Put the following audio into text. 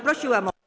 Prosiłam o